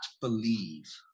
believe